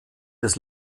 des